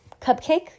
Cupcake